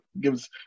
gives